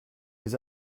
les